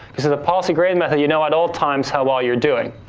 you see, the policy gradient method, you know at all times how well you're doing.